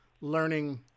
learning